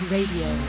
Radio